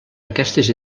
aquestes